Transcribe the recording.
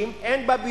אין בה כבישים,